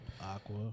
Aqua